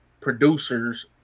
producers